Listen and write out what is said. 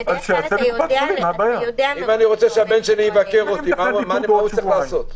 מה הוא צריך לעשות?